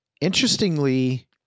Interestingly